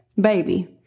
baby